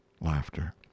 Laughter